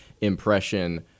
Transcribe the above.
impression